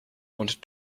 wanted